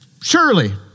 Surely